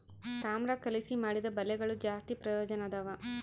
ತಾಮ್ರ ಕಲಿಸಿ ಮಾಡಿದ ಬಲೆಗಳು ಜಾಸ್ತಿ ಪ್ರಯೋಜನದವ